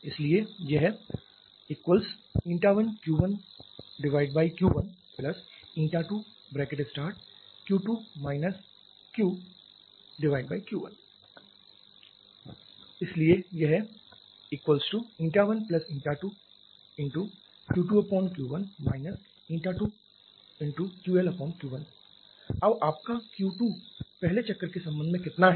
इसलिए यह 1Q1Q12Q2 QLQ1 इसलिए यह 12Q2Q1 2QLQ1 अब आपका Q2 पहले चक्र के संबंध में कितना है